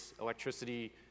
electricity